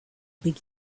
big